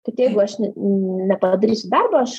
kad jeigu aš ne nepadarysiu darbo aš